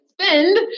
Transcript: spend